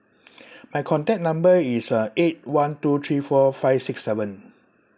my contact number is uh eight one two three four five six seven